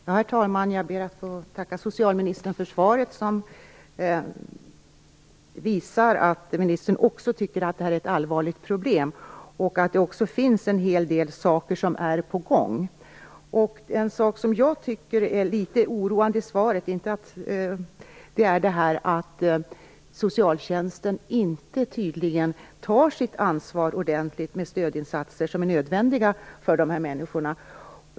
Herr talman! Jag ber att få tacka socialministern för svaret som visar att ministern också tycker att det här är ett allvarligt problem. Det visar också att en hel del saker är på gång. En sak i svaret som jag tycker är litet oroande är att socialtjänsten tydligen inte ordentligt tar sitt ansvar för de stödinsatser som är nödvändiga för dessa människor.